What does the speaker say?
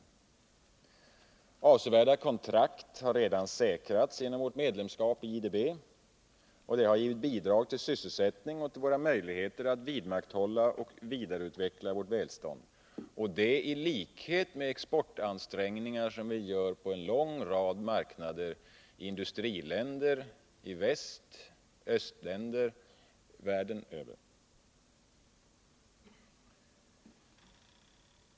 Kontrakt av avsevärd storlek har redan säkrats genom vårt medlemskap i IDB, och det har gett bidrag till sysselsättningen och till våra möjligheter att vidmakthålla och vidareutveckla vårt välstånd — i likhet med exportansträngningar som vi gör på en lång rad marknader: på länder i väst, östländer och andra länder världen över.